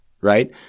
right